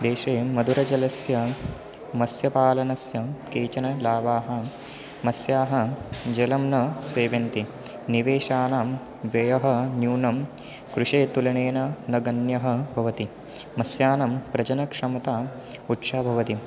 देशे मधुरजलस्य मत्स्यपालनस्य केचन लाभाः मत्स्याः जलं न सेवयन्ति निवेशानां व्ययः न्यूनं कृषेः तुलनेन न गण्यः भवति मत्स्यानं प्रजनक्षमता उच्चः भवति